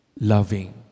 loving